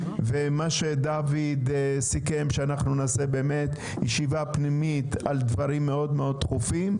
מה שדוד סיכם זה שאנחנו נעשה ישיבה פנימית על דברים מאוד דחופים.